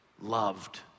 loved